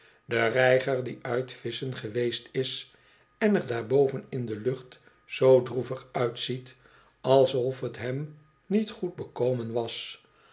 de reiger die uit visschen geweest is en er daar boven in de lucht zoo droevig uitziet alsof t hem niet goed bekomen was